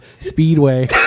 Speedway